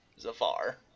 Zafar